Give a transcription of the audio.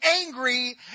angry